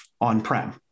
on-prem